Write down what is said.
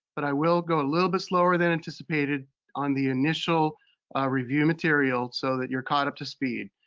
but i will go a little bit slower than anticipated on the initial review materials so that you're caught up to speed.